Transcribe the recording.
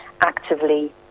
actively